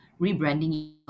rebranding